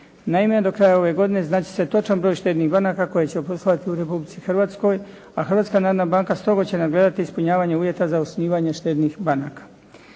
Naime, do kraja ove godine znat će se točan broj štednih banaka koje će poslovati u Republici Hrvatskoj, a Hrvatska narodna banka strogo će nadgledati ispunjavanje uvjete za osnivanje štednih banaka.